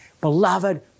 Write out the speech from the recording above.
Beloved